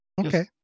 Okay